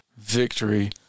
Victory